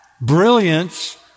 brilliance